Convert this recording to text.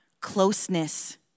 closeness